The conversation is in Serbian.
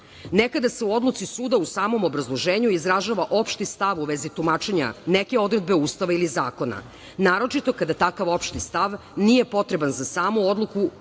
Nekada se u odluci suda u samom obrazloženju izražava opšti stav u vezi tumačenja neke odredbe Ustava ili zakona, naročito kada takav opšti stav nije potreban za samu odluku u izreci,